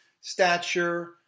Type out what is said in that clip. stature